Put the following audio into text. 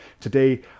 today